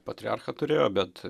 patriarchą turėjo bet